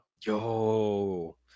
Yo